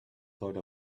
thought